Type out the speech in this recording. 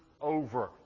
over